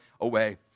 away